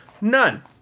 None